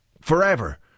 Forever